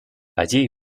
allí